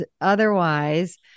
otherwise